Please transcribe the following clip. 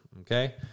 okay